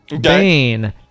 Bane